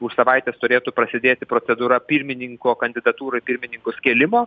už savaitės turėtų prasidėti procedūra pirmininko kandidatūrų į pirmininkus kėlimo